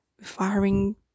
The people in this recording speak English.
firing